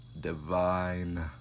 divine